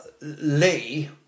Lee